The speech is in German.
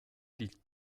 liegt